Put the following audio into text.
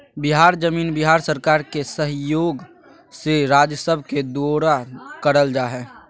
बिहार जमीन बिहार सरकार के सहइोग से राजस्व के दुऔरा करल जा हइ